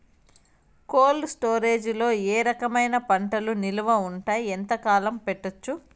Cold storage లో ఏ రకమైన పంటలు నిలువ ఉంటాయి, ఎంతకాలం పెట్టొచ్చు?